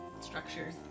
structures